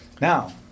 Now